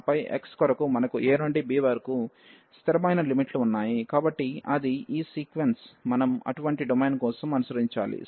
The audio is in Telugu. ఆ పై x కొరకు మనకు a నుండి b వరకు స్థిరమైన లిమిట్లు ఉన్నాయి కాబట్టి అది ఈ సీక్వెన్స్ మనం అటువంటి డొమైన్ కోసం అనుసరించాలి